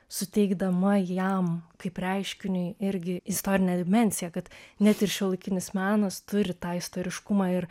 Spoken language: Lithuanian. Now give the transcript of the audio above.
suteikdama jam kaip reiškiniui irgi istorinę dimensiją kad net ir šiuolaikinis menas turi tą istoriškumą ir